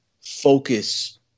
focus